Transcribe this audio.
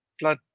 Blood